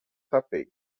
taipei